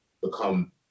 become